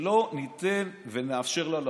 שלא ניתן ונאפשר לה לחלוף.